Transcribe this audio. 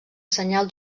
senyal